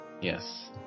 Yes